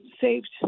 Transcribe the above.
saved